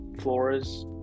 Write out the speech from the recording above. Flores